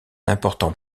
important